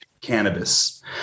cannabis